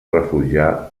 refugiar